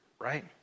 right